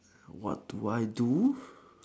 what would I do